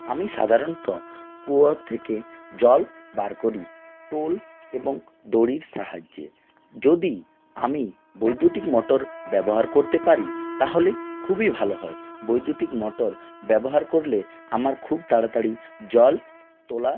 আমি সাধারণত কুয়োর থেকে জল বার করি টোল এবং দড়ির সাহায্যে যদি আমি বৈদ্যুতিক মোটর ব্যবহার করতে পারি তাহলে খুবই ভালো হয় বৈদ্যুতিক মোটর ব্যবহার করলে আমার খুব তাড়াতাড়ি জল তোলা